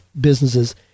businesses